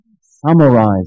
summarize